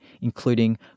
including